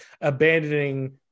abandoning